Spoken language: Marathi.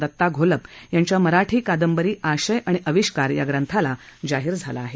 दत्ता घोलप यांच्या मराठी कादंबरी आशय आणि अविष्कार ग्रंथाला जाहीर झाला आहे